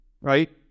right